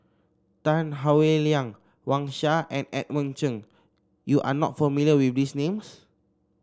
Tan Howe Liang Wang Sha and Edmund Cheng you are not familiar with these names